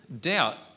doubt